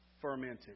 fermented